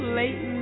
late